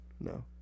No